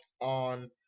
on